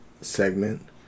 segment